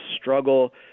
struggle